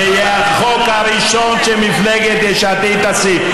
זה יהיה החוק הראשון שמפלגת יש עתיד תשים.